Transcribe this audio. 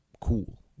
cool